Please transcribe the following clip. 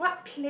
sorry